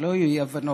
שלא יהיו אי-הבנות,